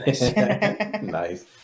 nice